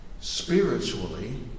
spiritually